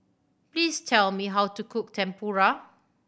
please tell me how to cook Tempura